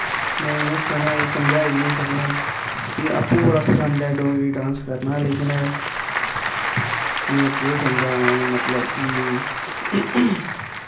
में इ'यां सनाई समझाई बी नी सकनां मीं आपूं बड़ा पसंद ऐ डोगरी डांस करना लेकिन में केह् समझांऽ मतलब कि